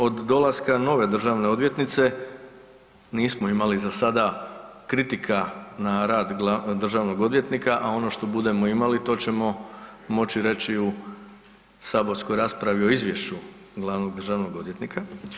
Od dolaska nove državne odvjetnice nismo imali za sada kritika na rad državnog odvjetnika, a ono što budemo imali to ćemo moći reći u saborskoj raspravi o izvješću glavnog državnog odvjetnika.